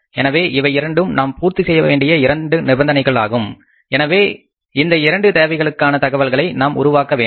எனவே இவை இரண்டும் நாம் பூர்த்தி செய்யவேண்டிய 2 நிபந்தனைகள் ஆகும் எனவே இந்த இரண்டு தேவைகளுக்காக தகவல்களை நாம் உருவாக்க வேண்டும்